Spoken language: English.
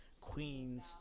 Queens